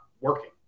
working